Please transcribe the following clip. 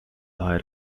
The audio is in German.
daher